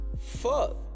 fuck